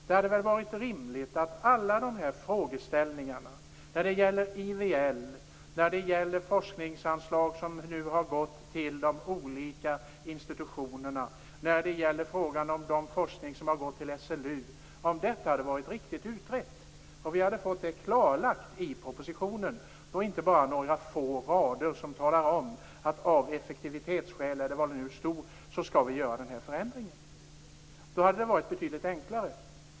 Det hade varit rimligt att alla de frågeställningar som gäller IVL, forskningsanslag som nu har gått till de olika institutionerna och den forskning som gått till SLU varit riktigt utredda. Det borde ha klarlagts i propositionen. Det borde inte bara ha varit några få rader som talar om att den här förändringen nu skall göras av effektivitetsskäl - eller vad det nu stod. Det hade varit betydligt enklare.